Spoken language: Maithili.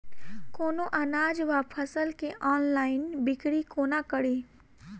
कोनों अनाज वा फसल केँ ऑनलाइन बिक्री कोना कड़ी?